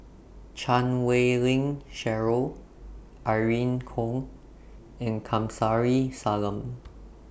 Chan Wei Ling Cheryl Irene Khong and Kamsari Salam